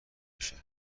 بشه